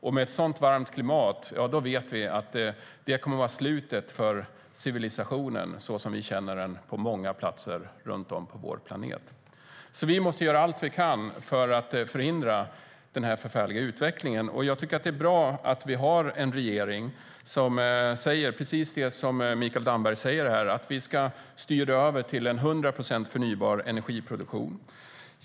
Ett så varmt klimat vet vi kommer att vara slutet för civilisationen, så som vi känner den, på många platser runt om på vår planet. Vi måste göra allt vi kan för att förhindra den förfärliga utvecklingen. Jag tycker att det är bra att vi har en regering som säger precis det Mikael Damberg säger, att vi ska styra över till 100 procent förnybar energiproduktion.